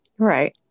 Right